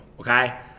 okay